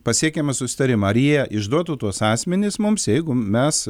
pasiekėme susitarimą ar jie išduotų tuos asmenis mums jeigu mes